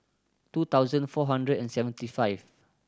two thousand four hundred and seventy five